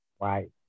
Right